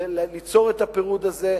ליצור את הפירוד הזה,